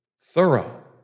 thorough